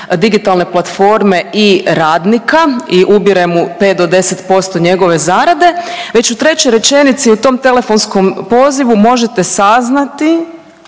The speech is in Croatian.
digitalne platforme i radnika i ubire mu 5 do 10% njegove zarade, već u trećoj rečenici u tom telefonskom pozivu možete saznati